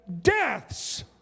deaths